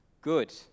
Good